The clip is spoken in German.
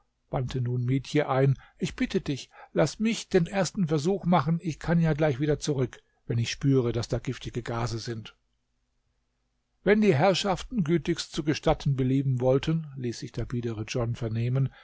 nun mietje ein ich bitte dich laß mich den ersten versuch machen ich kann ja gleich wieder zurück wenn ich spüre daß da giftige gase sind wenn die herrschaften gütigst zu gestatten belieben wollten ließ sich der biedere john vernehmen